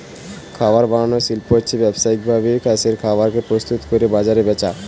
খাবার বানানার শিল্প হচ্ছে ব্যাবসায়িক ভাবে চাষের খাবার কে প্রস্তুত কোরে বাজারে বেচা